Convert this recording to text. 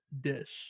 dish